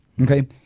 Okay